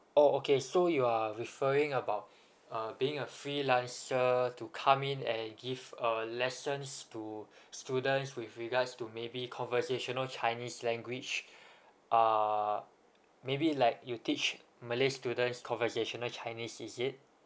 oh okay so you are referring about uh being a freelancer to come in and give a lessons to students with regards to maybe conversational chinese language err maybe like you teach malay students conversational chinese is it